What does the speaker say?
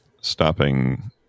stopping